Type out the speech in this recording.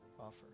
offer